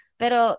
pero